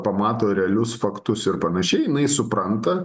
pamato realius faktus ir panašiai jinai supranta